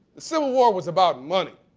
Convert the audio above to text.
the civil war was about money.